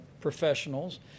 professionals